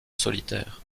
solitaire